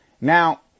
Now